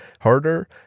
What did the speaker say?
harder